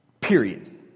Period